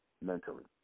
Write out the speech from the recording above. mentally